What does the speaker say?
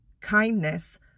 kindness